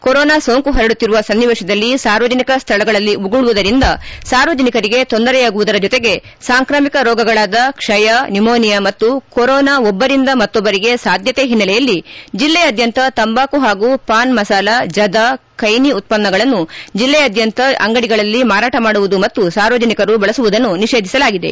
corona ಸೋಂಕು ಪರಡುತ್ತಿರುವ ಸನ್ನಿವೇಶದಲ್ಲಿ ಸಾರ್ವಜನಿಕ ಸ್ಥಳಗಳಲ್ಲಿ ಉಗುಳುವುದರಿಂದ ಸಾರ್ವಜನಿಕರಿಗೆ ತೊಂದರೆಯಾಗುವುದರ ಜೊತೆಗೆ ಸಾಂಕ್ರಾಮಿಕ ರೋಗಗಳಾದ ಕ್ಷೆಯ ನಿಮೋನಿಯಾ ಮತ್ತು ಕೊರೊನಾ ಒಬ್ಬರಿಂದ ಮತ್ತೊಬ್ಬರಿಗೆ ಸಾಧ್ಯತೆ ಹಿನ್ನೆಲೆಯಲ್ಲಿ ಜಿಲ್ಲೆಯಾದ್ಯಂತ ತಂಬಾಕು ಹಾಗೂ ಪಾನ್ ಮಸಾಲ ಜದಾ ಖ್ಯೆನಿ ಉತ್ತನ್ನಗಳನ್ನು ಜಿಲ್ಲೆಯಾದ್ಯಂತ ಅಂಗಡಿಗಳಲ್ಲಿ ಮಾರಾಟ ಮಾಡುವುದು ಮತ್ತು ಸಾರ್ವಜನಿಕರು ಬಳಸುವುದನ್ನು ನಿಷೇಧಿಸಲಾಗಿದೆ